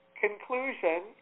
conclusion